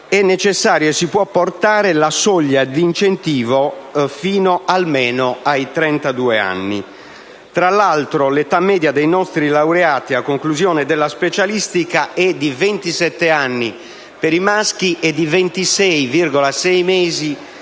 del decreto-legge, portare la soglia di incentivo fino almeno ai 32 anni. Tra l'altro, l'età media dei nostri laureati a conclusione della specialistica è di 27 anni per i maschi e di 26 anni